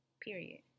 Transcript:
Period